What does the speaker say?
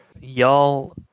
Y'all